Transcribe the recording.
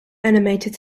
animated